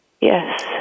Yes